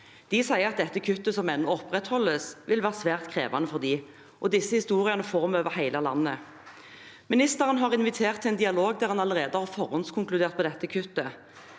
De sier at dette kuttet som opprettholdes, vil være svært krevende for dem. Disse historiene får vi over hele landet. Ministeren har invitert til en dialog der en allerede har forhåndskonkludert når det gjelder